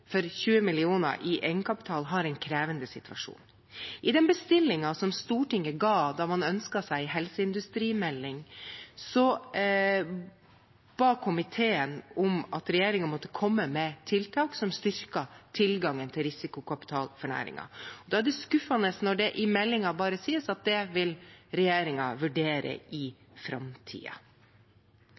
for 20 mill. kr i egenkapital har en krevende situasjon. I den bestillingen som Stortinget ga da man ønsket seg en helseindustrimelding, ba komiteen om at regjeringen måtte komme med tiltak som styrket tilgangen til risikokapital for næringen. Da er det skuffende at det i meldingen bare sies at det vil regjeringen vurdere i